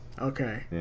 Okay